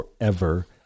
forever